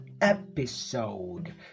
episode